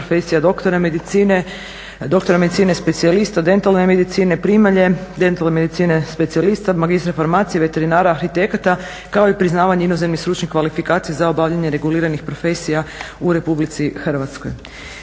profesija doktora medicine specijalista, dentalne medicine primalje, dentalne medicine specijalista, magistra farmacije, veterinara, arhitekata kao i priznavanje inozemnih stručnih kvalifikacija za obavljanje reguliranih profesija u RH. Ministar je